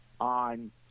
on